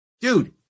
dude